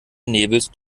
nebelst